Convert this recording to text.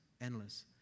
endless